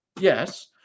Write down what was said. Yes